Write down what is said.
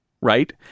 Right